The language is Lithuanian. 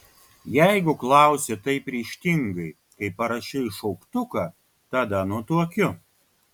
jeigu klausi taip ryžtingai kaip parašei šauktuką tada nutuokiu